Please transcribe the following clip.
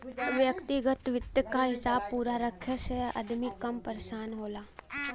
व्यग्तिगत वित्त क हिसाब पूरा रखे से अदमी कम परेसान होला